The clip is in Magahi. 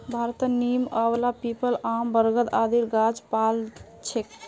भारतत नीम, आंवला, पीपल, आम, बरगद आदिर गाछ पाल जा छेक